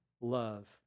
love